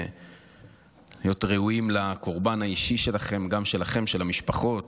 ראויים לקורבן האישי שלכם ושל המשפחות,